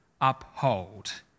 uphold